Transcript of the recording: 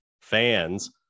fans